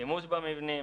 שימוש במבנים